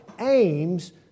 aims